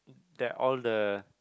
that all the